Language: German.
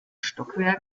stockwerk